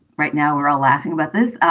right now, we're all laughing about this.